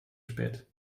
spät